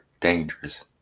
dangerous